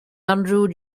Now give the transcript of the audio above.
andrew